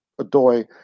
Adoy